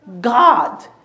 God